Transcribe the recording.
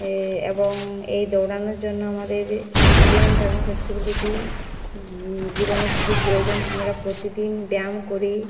এবং এই দৌড়ানোর জন্য আমাদের স্ট্রেনথ এবং ফ্লেক্সিবিলিটি জীবনে খুবই প্রয়োজন আমরাো প্রতিদিন ব্যায়াম করি